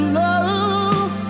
love